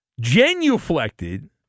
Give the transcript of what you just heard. genuflected